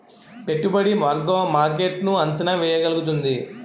పెట్టుబడి వర్గం మార్కెట్ ను అంచనా వేయగలుగుతుంది